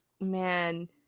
man